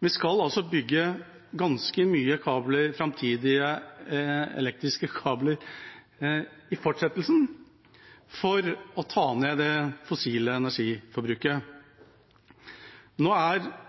Vi skal bygge ganske mye elektriske kabler i fortsettelsen for å ta ned det fossile energiforbruket. Nå er